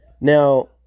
Now